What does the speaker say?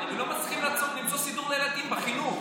הם לא מצליחים למצוא סידור לילדים בחינוך,